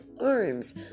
arms